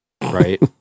Right